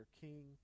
king